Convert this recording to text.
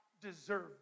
deserve